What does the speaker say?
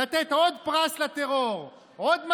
לתת עוד פרס לטרור, עוד מתנה.